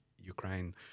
Ukraine